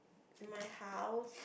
my house